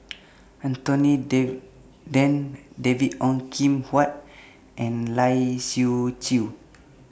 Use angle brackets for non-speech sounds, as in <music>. <noise> Anthony <unintelligible> Then David Ong Kim Huat and Lai Siu Chiu